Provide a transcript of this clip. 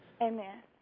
Amen